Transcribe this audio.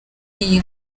iyi